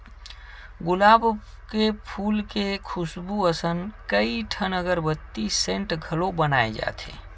गुलाब के फूल के खुसबू असन कइठन अगरबत्ती, सेंट घलो बनाए जाथे